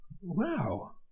wow